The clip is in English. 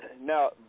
now